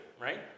right